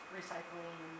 recycling